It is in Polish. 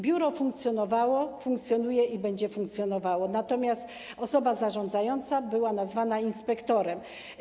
Biuro funkcjonowało, funkcjonuje i będzie funkcjonowało, natomiast osoba zarządzająca była nazwana inspektorem.